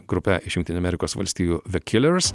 grupe iš jungtinių amerikos valstijų the killers